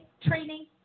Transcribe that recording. Training